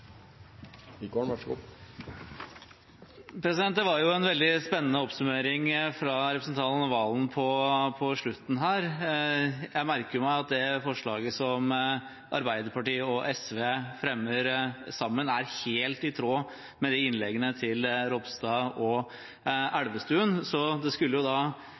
slutten her. Jeg merker meg at det forslaget som Arbeiderpartiet og SV fremmer sammen, er helt i tråd med innleggene til Ropstad og Elvestuen, så det skulle